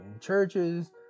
churches